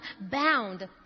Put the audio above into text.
bound